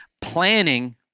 planning